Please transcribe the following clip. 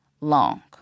long